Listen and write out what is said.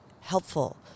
helpful